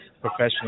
professional